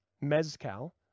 Mezcal